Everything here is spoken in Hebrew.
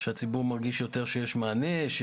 האם הציבור מרגיש שיש יותר מענה?